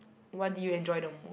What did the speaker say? what did you enjoy the most